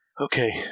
Okay